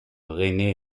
rené